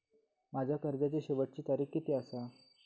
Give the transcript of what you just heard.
माझ्या कर्जाची शेवटची तारीख किती आसा?